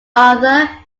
arthur